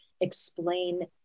explain